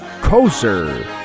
Koser